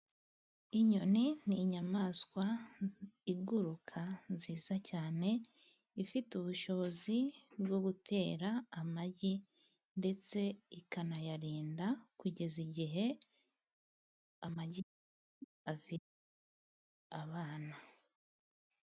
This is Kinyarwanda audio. Inyoni ni inyamaswa iguruka nziza cyane ifite ubushobozi bwo gutera amagi ndetse ikanayarinda kugeza igihe amagi avuyemo abana.